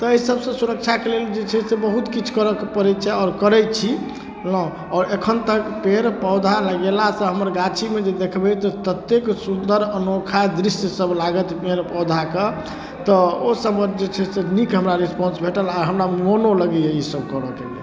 ताहि सबसँ सुरक्षाके लेल जे छै से बहुत किछु करऽके पड़ै छै आओर करै छी बुझलहुँ आओर एखन तक पेड़ पौधा लगेलासँ हमर गाछीमे जे देखबै तऽ ततेक सुन्दर अनोखा दृश्यसब लागत पेड़ पौधाके तऽ ओ सबके जे छै से नीक हमरा रिस्पॉन्स भेटल आओर हमरा मोनो लगैए ईसब करऽके लेल